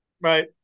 right